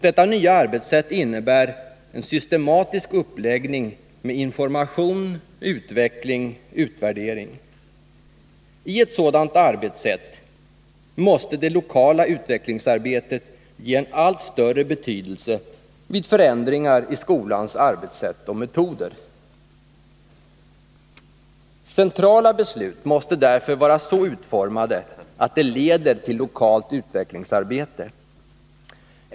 Detta nya arbetssätt innebär en systematisk uppläggning med information-utveckling-utvärdering. I ett sådant arbetssätt måste det lokala utvecklingsarbetet ges en allt större betydelse vid förändringar i skolans arbetssätt och metoder. Centrala beslut måste därför vara så utformade att de leder till lokalt utvecklingsarbete.